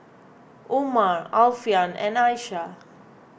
Umar Alfian and Aisyah